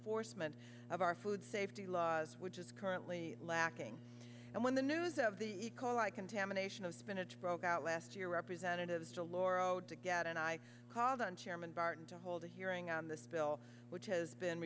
forstmann of our food safety laws which is currently lacking and when the news of the call i contamination of spinach broke out last year representatives de lauro to get and i called on chairman barton to hold a hearing on this bill which has been